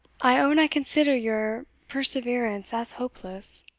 i own i consider your perseverance as hopeless.